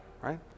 right